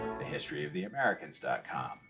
thehistoryoftheamericans.com